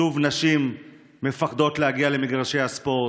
שוב נשים מפחדות להגיע למגרשי הספורט.